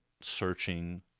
searching